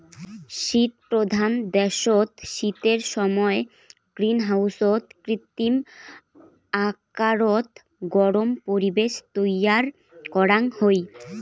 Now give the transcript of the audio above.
শীতপ্রধান দ্যাশত শীতের সমায় গ্রীনহাউসত কৃত্রিম আকারত গরম পরিবেশ তৈয়ার করাং হই